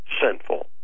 sinful